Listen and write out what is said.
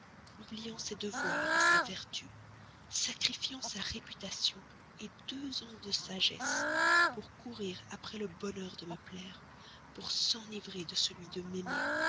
oubliant ses devoirs sa vertu sacrifiant sa réputation deux ans de sagesse pour courir après le bonheur de me plaire pour s'enivrer de celui de m'aimer